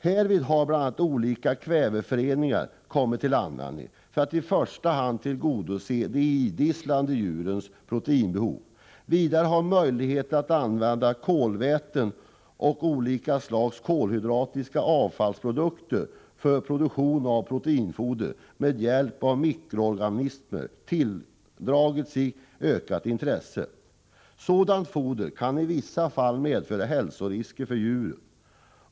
Härvid har bl.a. olika kväveföreningar kommit till användning för att i första hand tillgodose de idisslande djurens proteinbehov. Vidare har möjligheten att använda kolväten och olika slags kolhydratiska avfallsprodukter för produktion av proteinfoder med hjälp av mikroorganismer tilldragit sig ökat intresse. Sådant foder kan i vissa fall medföra hälsorisker för djuren.